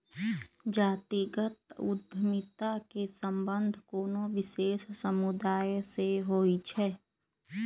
जातिगत उद्यमिता के संबंध कोनो विशेष समुदाय से होइ छै